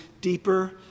deeper